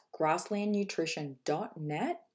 grasslandnutrition.net